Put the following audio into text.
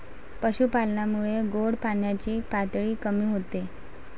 पशुपालनामुळे गोड पाण्याची पातळी कमी होते